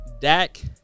Dak